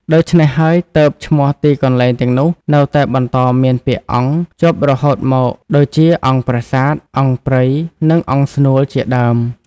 ដូច្នេះហើយ ទើបឈ្មោះទីកន្លែងទាំងនោះនៅតែបន្តមានពាក្យ "អង្គ" ជាប់រហូតមក ដូចជា អង្គប្រាសាទ អង្គប្រិយ និងអង្គស្នួល ជាដើម។